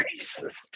racist